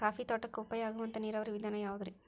Coffee ತೋಟಕ್ಕ ಉಪಾಯ ಆಗುವಂತ ನೇರಾವರಿ ವಿಧಾನ ಯಾವುದ್ರೇ?